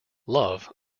love